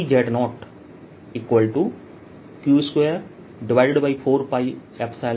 ध्यान दें कि यह 12Z0नहीं है बल्कि यह 14Z0 है